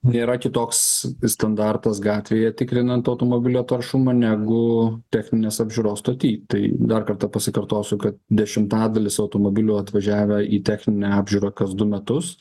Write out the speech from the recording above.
nėra kitoks standartas gatvėje tikrinant automobilio taršumą negu techninės apžiūros stoty tai dar kartą pasikartosiu kad dešimtadalis automobilių atvažiavę į techninę apžiūrą kas du metus